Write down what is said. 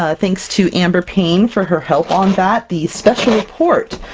ah thanks to amber payne, for her help on that the special report!